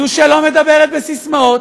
זו שלא מדברת בססמאות,